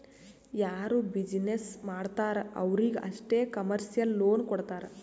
ಯಾರು ಬಿಸಿನ್ನೆಸ್ ಮಾಡ್ತಾರ್ ಅವ್ರಿಗ ಅಷ್ಟೇ ಕಮರ್ಶಿಯಲ್ ಲೋನ್ ಕೊಡ್ತಾರ್